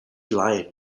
lion